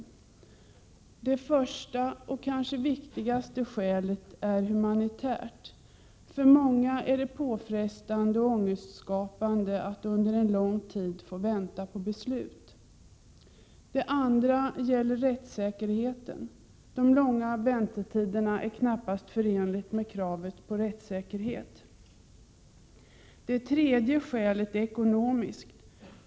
Det första och kanske viktigaste skälet är humanitärt. För många är det påfrestande och ångestskapande att under lång tid få vänta på beslut. Det andra skälet gäller rättssäkerheten. De långa väntetiderna är knappast förenliga med kravet på rättssäkerhet. Det tredje skälet är ekonomiskt.